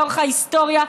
לאורך ההיסטוריה,